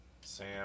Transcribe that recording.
Sam